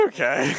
Okay